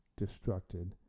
destructed